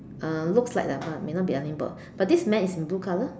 uh looks like lah but may not be ironing board but this man is in blue color